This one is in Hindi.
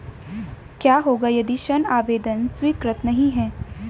क्या होगा यदि ऋण आवेदन स्वीकृत नहीं है?